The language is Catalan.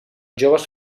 joves